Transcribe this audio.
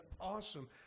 awesome